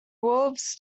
wolves